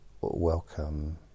welcome